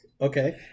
Okay